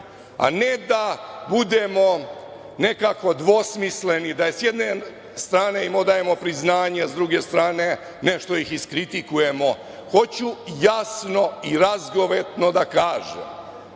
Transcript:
a ne da budemo nekako dvosmisleni, da im s jedne strane dajemo priznanje, a s druge strane nešto ih iskritikujemo. Hoću jasno i razgovetno da kažem